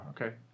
okay